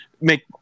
make